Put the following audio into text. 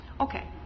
Okay